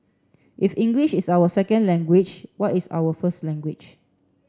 if English is our second language what is our first language